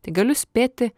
tai galiu spėti